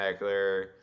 Eckler